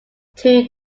two